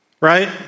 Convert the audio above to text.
right